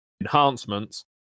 Enhancements